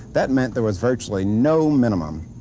that meant there was virtually no minimum.